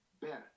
better